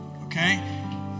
okay